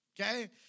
Okay